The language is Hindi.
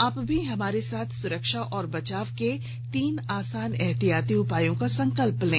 आप भी हमारे साथ सुरक्षा और बचाव के तीन आसान एहतियाती उपायों का संकल्प लें